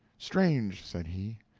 strange, said he,